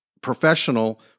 professional